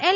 L